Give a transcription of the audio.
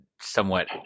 somewhat